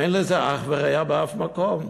אין לזה אח ורע באף מקום.